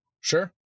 Sure